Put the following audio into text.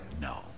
No